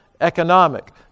economic